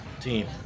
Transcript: team